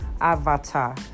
avatar